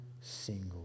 single